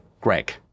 greg